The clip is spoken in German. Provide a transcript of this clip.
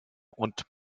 und